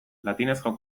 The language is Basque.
latinezko